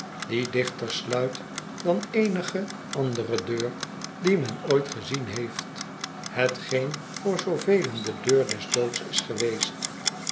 die dichter sluit dan eenige andere deur die men ooit gezien heeft hetgeen voor zoovelen de deur des doods is geweest